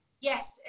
yes